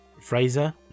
Fraser